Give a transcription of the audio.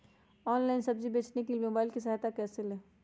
Online सब्जी बेचने के लिए मोबाईल की सहायता कैसे ले?